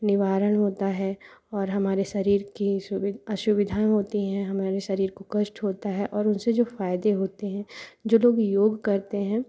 निवारण होता है और हमारे शरीर की सुवि असुविधाएँ होतीं हैं हमारे शरीर को कष्ट होता है और उनसे जो फ़ायदे होते हैं जो लोग योग करते हैं